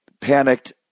panicked